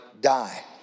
die